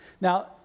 Now